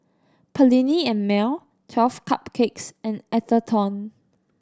Perllini and Mel Twelve Cupcakes and Atherton